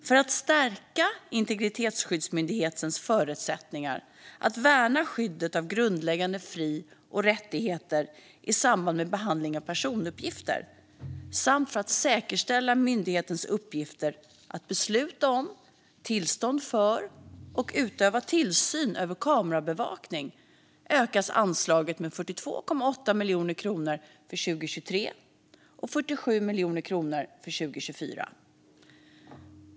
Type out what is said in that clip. För att stärka Integritetsskyddsmyndighetens förutsättningar att värna skyddet av grundläggande fri och rättigheter i samband med behandling av personuppgifter samt för att säkerställa myndighetens uppgifter att besluta om tillstånd för och utöva tillsyn över kamerabevakning ökas anslaget med 42,8 miljoner kronor för 2023 och med 47 miljoner kronor för 2024.